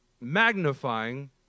magnifying